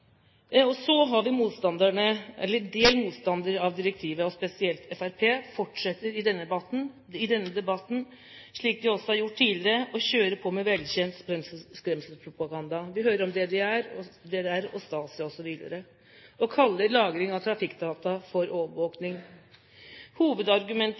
del motstandere av direktivet og spesielt Fremskrittspartiet fortsetter i denne debatten, slik de også har gjort tidligere, å kjøre på med velkjent skremselspropaganda. Vi hører om DDR og Stasi, osv., og kaller lagring av trafikkdata for overvåking. Hovedargumentet er at nå skal Høyre og